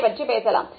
ஐ பற்றி பேசலாம்